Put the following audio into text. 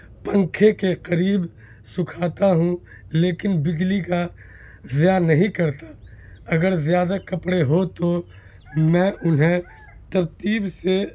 پنکھے کے قریب سوکھاتا ہوں لیکن بجلی کا ضاٮٔع نہیں کرتا اگر زیادہ کپڑے ہو تو میں انہیں ترتیب سے